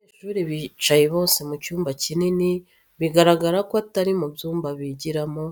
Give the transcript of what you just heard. Abanyeshuri bicaye bose mu cyumba kinini bigaragara ko atari mu byumba bigiramo,